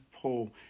Paul